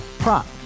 Prop